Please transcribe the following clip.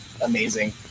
amazing